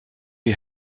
you